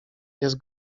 jest